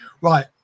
Right